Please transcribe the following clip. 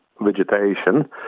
vegetation